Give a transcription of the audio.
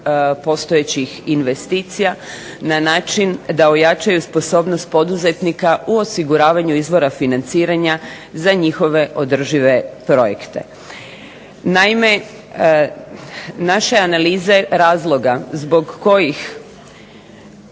postojećih investicija na način da ojačaju sposobnost poduzetnika u osiguravanju izvora financiranja za njihove održive projekte. Naime, naše analize razloga zbog kojih